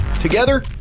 Together